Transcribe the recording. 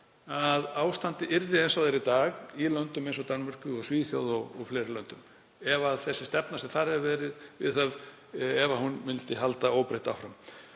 að ástandið yrði eins og það er í dag í löndum eins og Danmörku og Svíþjóð, og í fleiri löndum, ef sú stefna sem þar hafði verið viðhöfð myndi halda óbreytt áfram.